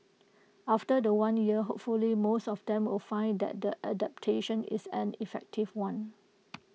after The One year hopefully most of them will find that the adaptation is an effective one